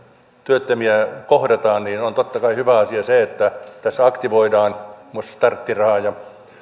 työttömiä kohdataan on totta kai hyvä asia se että näin aktivoidaan muun muassa starttirahaa ja